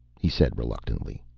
he said reluctantly.